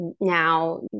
now